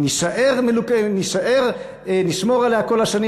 נשמור עליה כל השנים,